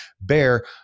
bear